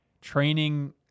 training